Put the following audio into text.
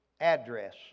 address